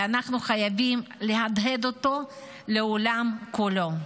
ואנחנו חייבים להדהד אותו לעולם כולו.